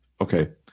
okay